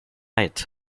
sight